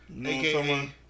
aka